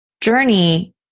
journey